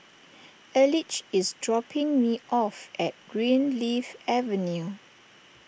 Elige is dropping me off at Greenleaf Avenue